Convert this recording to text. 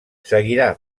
seguirà